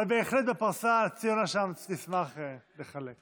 אבל בהחלט בפרסה, ציונה שם, היא תשמח לחלק.